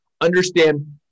understand